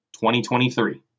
2023